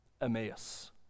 Emmaus